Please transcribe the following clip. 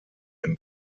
ein